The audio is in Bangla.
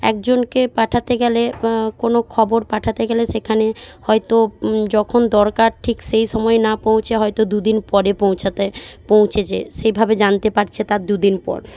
একজনকে পাঠাতে গেলে কোনো খবর পাঠাতে গেলে সেইখানে হয়তো যখন দরকার ঠিক সেই সময় না পৌঁছে হয়তো দুদিন পরে পৌঁছাতে পৌঁছেছে সেভাবে জানতে পারছে তার দুদিন পর